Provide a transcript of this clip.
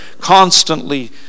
Constantly